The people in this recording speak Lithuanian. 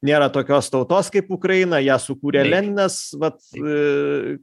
nėra tokios tautos kaip ukraina ją sukūrė leninas vat